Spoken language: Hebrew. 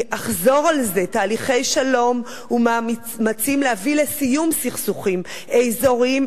אני אחזור על זה: תהליכי שלום ומאמצים להביא לסיום סכסוכים אזוריים